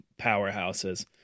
powerhouses